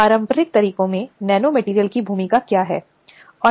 पीड़ित को लिखित में शिकायत देनी होगी